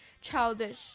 childish